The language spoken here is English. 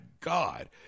God